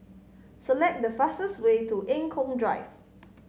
select the fastest way to Eng Kong Drive